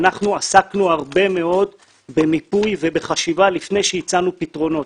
אנחנו עסקנו הרבה מאוד במיפוי ובחשיפה לפני שהצענו פתרונות